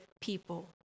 people